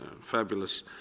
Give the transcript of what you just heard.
fabulous